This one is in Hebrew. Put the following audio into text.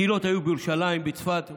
הקהילות היו בירושלים, בצפת ובחברון,